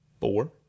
four